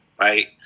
Right